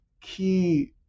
key